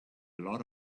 lot